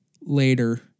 later